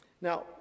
Now